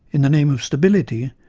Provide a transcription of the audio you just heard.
in the name of stability,